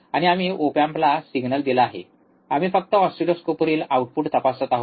आणि आम्ही ओप एम्पला सिग्नल दिला आहे आणि आम्ही फक्त ऑसिलोस्कोपवरील आउटपुट तपासत आहोत